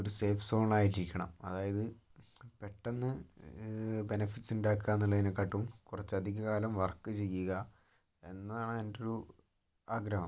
ഒരു സേഫ് സോണായിട്ട് ഇരിക്കണം അതായത് പെട്ടെന്ന് ബെനഫിറ്റ്സ് ഉണ്ടാക്കാം എന്നുള്ളതിനെ കാട്ടും കുറച്ച് അധിക കാലം വർക്ക് ചെയ്യുക എന്നാണ് എൻ്റെ ഒരു ആഗ്രഹം